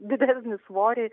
didesnį svorį